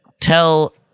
tell